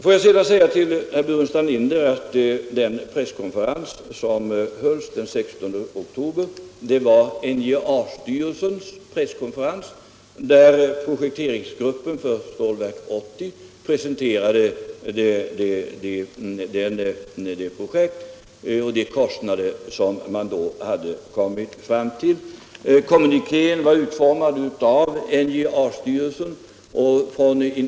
Får jag sedan säga till herr Burenstam Linder att den presskonferens som hölls den 16 oktober var NJA-styrelsens presskonferens, där projekteringsgruppen för Stålverk 80 presenterade det projekt och de kostnader som man då hade kommit fram till. Kommunikén var utformad av NJA-styrelsen.